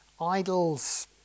idols